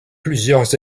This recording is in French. plusieurs